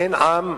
"הן עם"